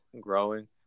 growing